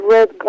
Red